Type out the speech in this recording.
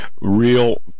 real